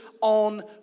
on